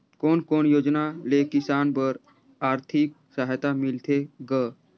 कोन कोन योजना ले किसान बर आरथिक सहायता मिलथे ग?